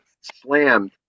slammed